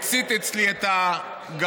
הצית אצלי את הגפרור,